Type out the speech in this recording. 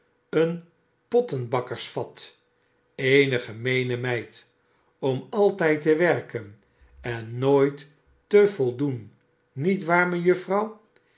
een pottenbakkersvat eene gemeene meid om altijd te werken en nooit te voldoen niet waar